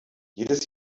jedes